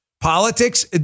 Politics